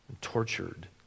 tortured